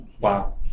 Wow